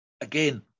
Again